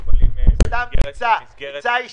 יש לי הצעה אישית.